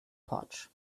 potch